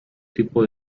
tipo